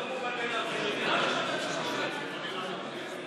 ההצעה להעביר את הצעת חוק דמי מחלה (היעדרות בשל מחלת ילד)